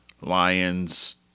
Lions